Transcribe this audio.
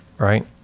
right